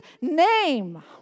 name